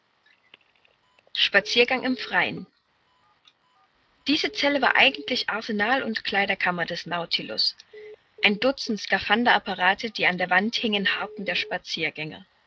spaziergang im freien diese zelle war eigentlich arsenal und kleiderkammer des nautilus ein dutzend skaphander apparate die an der wand hingen harrten der spaziergänger